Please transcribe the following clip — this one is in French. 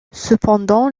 cependant